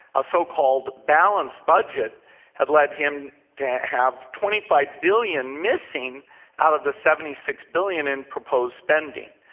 a so-called balanced budget had led him to have twenty five billion missing out of the seventy six billion in proposed spending.